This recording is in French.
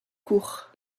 court